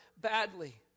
badly